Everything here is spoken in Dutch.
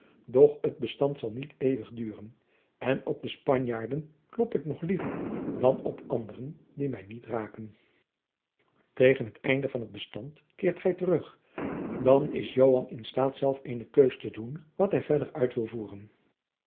doch het bestand zal niet eeuwig duren en op de spanjaarden klop ik nog liever dan op anderen die mij niet raken tegen het einde van het bestand keert gij terug dan is joan in staat zelf eene keus te doen wat hij verder uit wil voeren